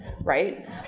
right